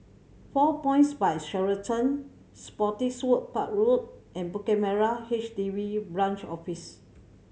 Four Points By Sheraton Spottiswoode Park Road and Bukit Merah H D B Branch Office